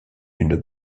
une